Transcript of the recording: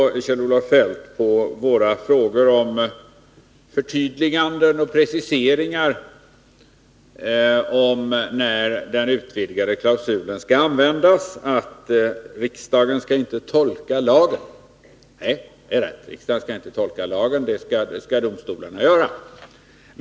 På våra frågor om förtydliganden och preciseringar om när den utvidgade generalklausulen skall användas, svarar Kjell-Olof Feldt att riksdagen inte skall tolka lagen. Nej, det skall inte riksdagen utan domstolarna göra.